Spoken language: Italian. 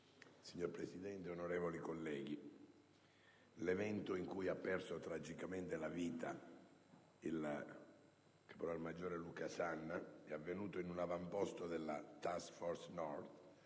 Signor Presidente, onorevoli senatori, l'evento in cui ha perso tragicamente la vita il caporalmaggiore Luca Sanna è avvenuto in un avamposto della *Task Force* *North*